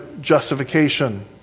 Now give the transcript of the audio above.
justification